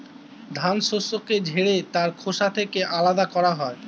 ধান শস্যকে ঝেড়ে তার খোসা থেকে আলাদা করা হয়